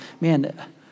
man